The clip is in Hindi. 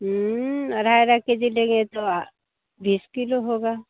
अढ़ अढ़ा के जी लेंगे तो बीस किलो होगा